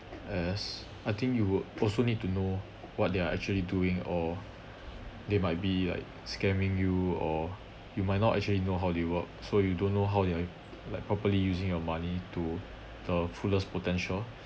as I think you would also need to know what they're actually doing or they might be like scamming you or you might not actually you know they work so you don't know how they like like properly using your money to the fullest potential